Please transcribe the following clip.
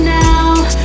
now